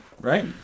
right